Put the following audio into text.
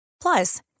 Plus